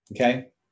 okay